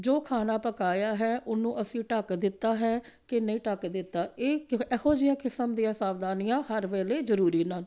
ਜੋ ਖਾਣਾ ਪਕਾਇਆ ਹੈ ਉਹਨੂੰ ਅਸੀਂ ਢੱਕ ਦਿੱਤਾ ਹੈ ਕਿ ਨਹੀਂ ਢੱਕ ਦਿੱਤਾ ਇਹ ਇਹੋ ਜਿਹੀਆਂ ਕਿਸਮ ਦੀਆਂ ਸਾਵਧਾਨੀਆਂ ਹਰ ਵੇਲੇ ਜ਼ਰੂਰੀ ਹਨ